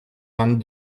vingt